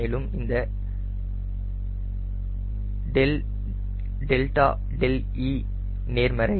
மேலும் இந்த e நேர்மறை